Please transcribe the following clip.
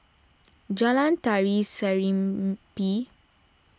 Jalan Tari Serimpi